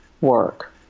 work